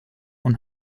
und